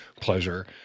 pleasure